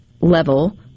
level